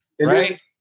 Right